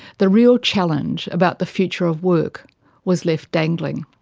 the real challenge about the future of work was left dangling.